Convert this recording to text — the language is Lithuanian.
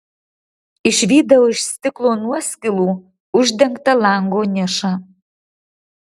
išvydau iš stiklo nuoskilų uždengtą lango nišą